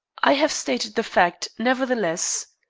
i have stated the facts, nevertheless.